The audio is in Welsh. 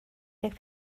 deg